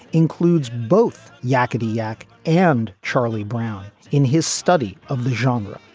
includes both yackety yak and charlie brown in his study of the genre,